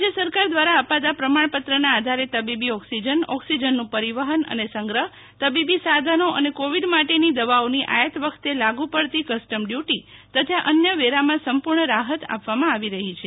રાજ્ય સરકાર દ્વારા અપાતા પ્રમાણપત્રના આધારે તબીબી ઓક્સીજન ઓક્સીજનનું પરીવફન અને સંગ્રફ તબીબી સાધનો અને કોવીડ માટેની દવાઓનીઆયાત વખતે લાગૂ પડતી કસ્ટમ ડયુટી તથા અન્ય વેરામાં સંપૂર્ણ રાફત આપવામાં આવી રહ્યી છે